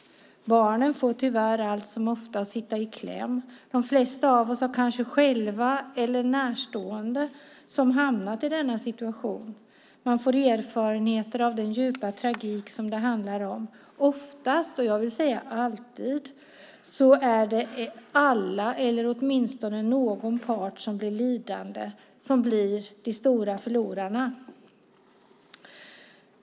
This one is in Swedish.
Barnen får tyvärr allt som oftast sitta i kläm. De flesta av oss har kanske själva hamnat i denna situation eller har närstående som har gjort det. Man får erfarenheter av den djupa tragik som det handlar om. Oftast - eller alltid - är det alla eller någon part som blir lidande och som blir de stora förlorarna.